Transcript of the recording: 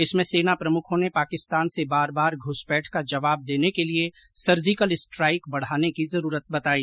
इसमें सेना प्रमुखों ने पाकिस्तान से बार बार घुसपेठ का जवाब देने के लिये सर्जिकल स्ट्राइक बढाने की जरूरत बताई